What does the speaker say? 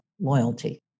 loyalty